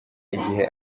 igihe